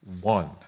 one